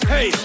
Hey